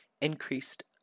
increased